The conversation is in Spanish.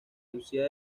lucía